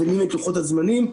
מבינים את לוחות הזמנים.